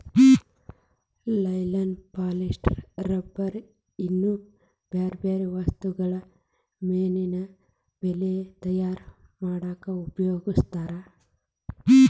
nylon polyester rubber ಇನ್ನೂ ಬ್ಯಾರ್ಬ್ಯಾರೇ ವಸ್ತುಗಳನ್ನ ಮೇನಿನ ಬಲೇ ತಯಾರ್ ಮಾಡಕ್ ಉಪಯೋಗಸ್ತಾರ